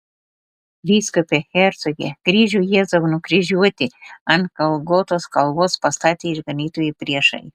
vyskupe hercoge kryžių jėzui nukryžiuoti ant golgotos kalvos pastatė išganytojo priešai